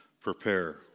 prepare